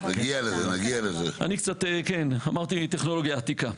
אני קצת, אמרתי טכנולוגיה עתיקה.